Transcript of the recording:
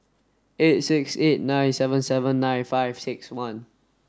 eight six eight nine seven seven nine five six one